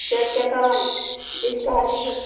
चार चक्का वाली स्कार्पियो